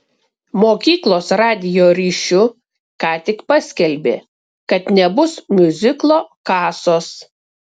mokyklos radijo ryšiu ką tik paskelbė kad nebus miuziklo kasos